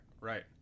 right